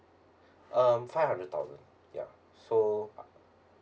um five hundred thousand ya so